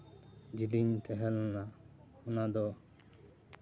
ᱡᱮᱞᱮᱧ ᱛᱟᱦᱮᱸ ᱞᱮᱱᱟ ᱚᱱᱟ ᱫᱚ